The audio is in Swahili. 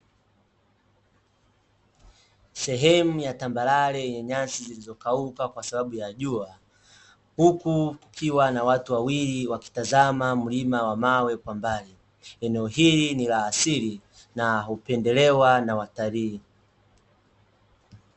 Sehemu ya tambarare yenye nyasi zilizokauka kwasababu ya jua huku kukiwa na watu wawili wakitazama mlima wa mawe kwa mbali. Eneo hili ni la asili na hupendelewa na watalii.